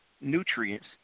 nutrients